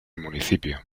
municipio